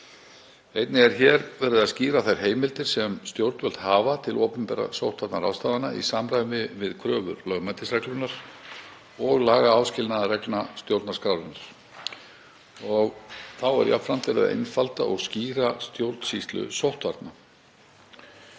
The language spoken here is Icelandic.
Einnig er hér verið að skýra þær heimildir sem stjórnvöld hafa til opinberra sóttvarnaráðstafana í samræmi við kröfur lögmætisreglunnar og lagaáskilnaðarreglna stjórnarskrárinnar. Þá er jafnframt verið að einfalda og skýra stjórnsýslu sóttvarna.